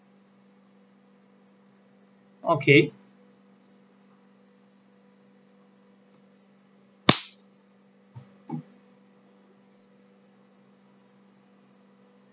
okay